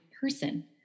person